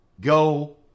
go